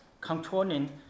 controlling